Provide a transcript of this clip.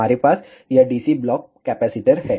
हमारे पास यह DC ब्लॉक कैपेसिटर है